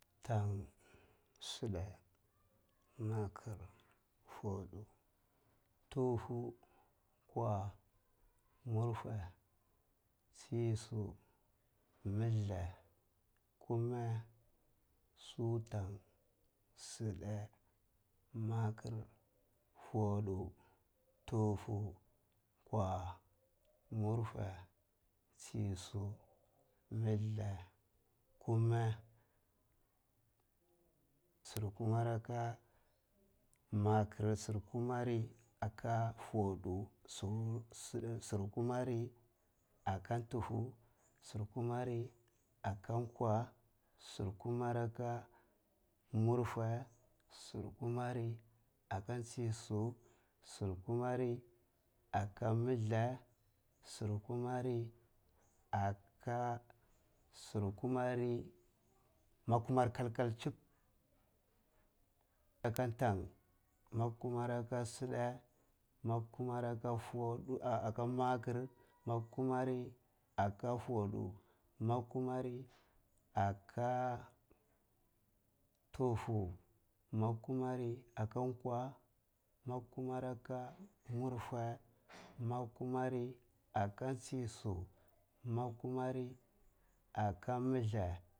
Tan, si’idta, maker, fotu, ntufu, kwuwa, murfwae tsisu, milthta, kuma, lutan, silidta, mak fotu, ntufu, kwu wa, munfwa, tsisu, mithla, kuma, sir kuma ahri aka maker, sir kuma aha aka fotu, sir su kuma ahri aka ntufu, sir kuma ah ri aka kuruwa, sir kuma ahri aka murfuwa, sir kuma ah ri aka tsisu, sir kuma ahri aka milthla, sir kuma ah ri aka, sir kuma ri aka naku mari kal kal chip naku maa aka ta nakamari aka si’idta nakumari aka fotu ah aka maker, nakumani aka fotu, nakumari aka ntufu, na kumara aka kwuwa, na ke mari aka murfe, nakumani aka tsisu, nakumari aka milthla.